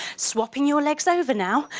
swapping your legs over now,